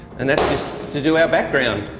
and that's just to do our background.